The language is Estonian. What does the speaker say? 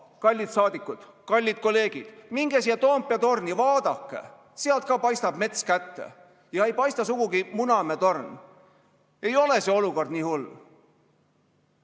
kallid saadikud, kallid kolleegid, minge siia Toompea torni, vaadake, sealt ka paistab mets kätte, ja ei paista sugugi Munamäe torn. Ei ole see olukord nii hull.